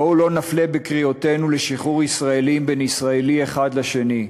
בואו לא נפלה בקריאותינו לשחרור ישראלים בין ישראלי אחד לשני.